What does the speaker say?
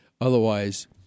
Otherwise